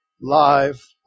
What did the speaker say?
live